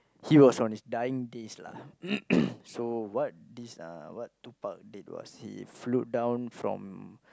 he was on his dying days lah so what this uh what Tupac did was he flew down from